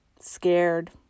scared